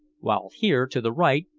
while here, to the right,